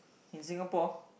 in Singapore